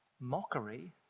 Mockery